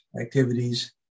activities